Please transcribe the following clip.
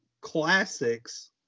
classics